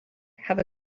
have